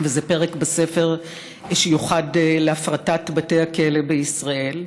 וזה פרק בספר שיוחד להפרטת בתי הכלא בישראל,